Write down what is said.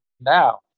now